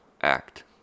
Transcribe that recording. act